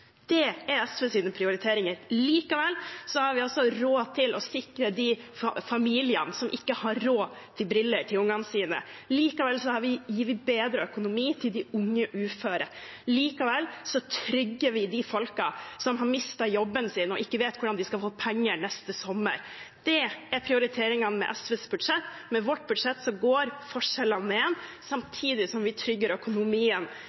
Det er SVs prioriteringer. Likevel har vi råd til å sikre de familiene som ikke har råd til briller til ungene sine, likevel gir vi bedre økonomi til de unge uføre, likevel trygger vi de folkene som har mistet jobben sin og ikke vet hvordan de skal få penger neste sommer. Det er prioriteringene med SVs budsjett; med vårt budsjett går forskjellene ned, samtidig som vi trygger økonomien